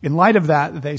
in light of that they